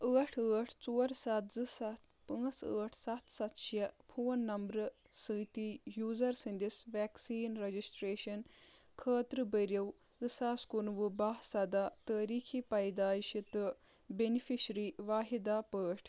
ٲٹھ ٲٹھ ژور ستھ زٕ ستھ پانٛژھ ٲٹھ ستھ ستھ شیٚے فون نمبرٕ سۭتۍ یوٗزر سٕنٛدِس ویکسیٖن رجسٹریشن خٲطرٕ بٔرِو زٕ ساس کُنوُہ باہہ سدہ تٲریٖخی پیدٲئش تہٕ بینِفیشرِی واحدہ پٲٹھۍ